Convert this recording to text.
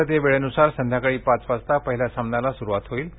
भारतीय वेळेनुसार संध्याकाळी पाच वाजता पहिल्या सामन्याला सुरुवात होणार आहे